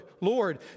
Lord